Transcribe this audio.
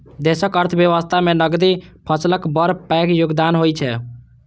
देशक अर्थव्यवस्था मे नकदी फसलक बड़ पैघ योगदान होइ छै